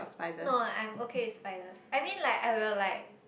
no I am okay with spiders I mean like I will like